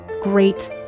great